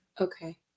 Okay